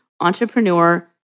entrepreneur